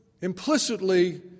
implicitly